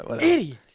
Idiot